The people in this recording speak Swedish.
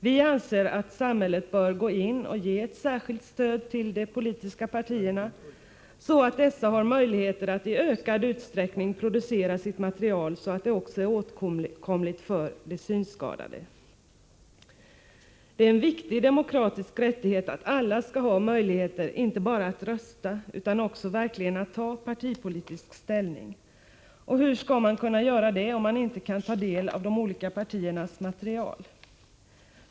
Vi anser att samhället bör gå in och ge ett särskilt stöd till de politiska partierna, så att dessa har möjligheter att i ökad utsträckning producera sitt material så att det också är åtkomligt för de synskadade. Det är en viktig demokratisk rättighet att alla skall ha möjligheter inte bara att rösta utan också att verkligen ta partipolitisk ställning. Och hur skall man kunna göra det om man inte kan ta del av de olika partiernas material?